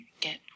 get